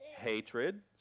Hatred